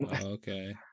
Okay